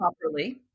properly